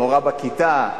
המורה בכיתה?